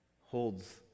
holds